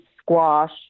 squash